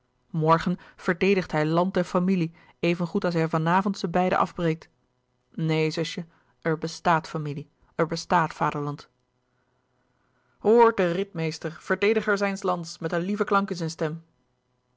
morgen verdedigt hij land en familie evengoed als hij van avond ze beiden afbreekt neen zusje er bestaat familie er bestaat vaderland hoor den ritmeester verdediger zijns lands met den lieven klank in zijn stem